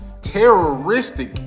terroristic